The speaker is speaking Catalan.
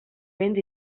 béns